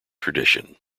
tradition